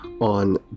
on